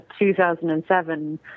2007